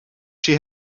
she